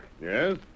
Yes